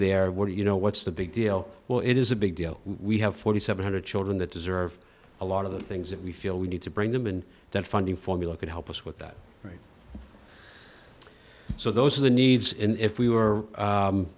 were you know what's the big deal well it is a big deal we have forty seven hundred children that deserve a lot of the things that we feel we need to bring them and that funding formula could help us with that right so those are the needs in if we were